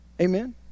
Amen